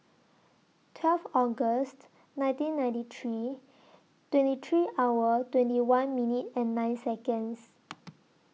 twelve August nineteen ninety three twenty three hour twenty one minute and nine Seconds